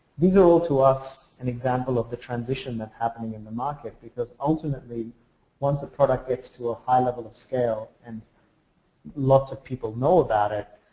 these are all true to us an example of the transition thatis happening in the market because ultimately once a product next to a high level of scale and lots of people know about it,